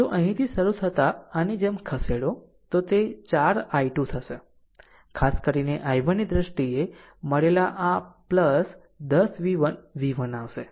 જો અહીંથી શરૂ થતા આની જેમ ખસેડો આમ તે 4 i2 છે ખાસ કરીને i1 ની દ્રષ્ટિએ મળેલા આ 10 v1 v1 આવશે